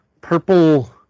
purple